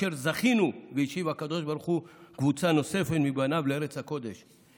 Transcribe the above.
אשר זכינו והשיב הקדוש ברוך הוא קבוצה נוספת מבניו לארץ הקודש,